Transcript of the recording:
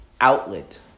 outlet